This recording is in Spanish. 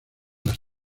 las